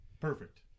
perfect